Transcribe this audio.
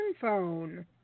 phone